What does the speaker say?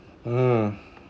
hmm